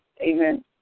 Amen